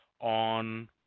on